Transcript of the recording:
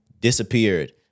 disappeared